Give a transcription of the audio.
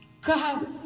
God